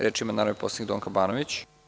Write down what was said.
Reč ima narodni poslanik Donka Banović.